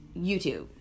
YouTube